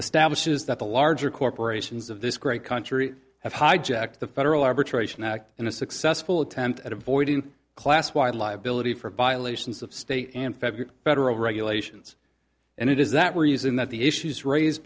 establishes that the larger corporations of this great country have hijacked the federal arbitration act in a successful attempt at avoiding class wide liability for violations of state and federal federal regulations and it is that we're using that the issues raised